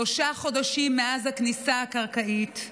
שלושה חודשים מאז הכניסה הקרקעית,